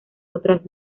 otras